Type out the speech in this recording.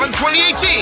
2018